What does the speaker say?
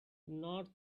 north